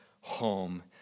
home